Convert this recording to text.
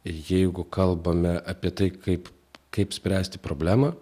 jeigu kalbame apie tai kaip kaip spręsti problemą